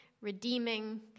redeeming